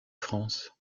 france